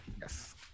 yes